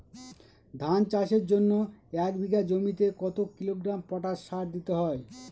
ধান চাষের জন্য এক বিঘা জমিতে কতো কিলোগ্রাম পটাশ সার দিতে হয়?